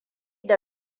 da